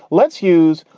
let's use.